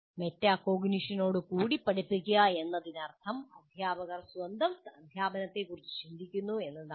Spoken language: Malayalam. മെറ്റാകോഗ്നിഷനോടു കൂടി പഠിപ്പിക്കുക എന്നതിനർത്ഥം അധ്യാപകർ സ്വന്തം അധ്യാപനത്തെക്കുറിച്ച് ചിന്തിക്കുന്നു എന്നാണ്